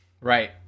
Right